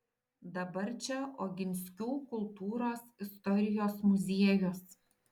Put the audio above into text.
dabar čia oginskių kultūros istorijos muziejus